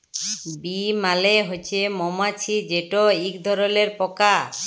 bee মালে হছে মমাছি যেট ইক ধরলের পকা